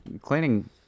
cleaning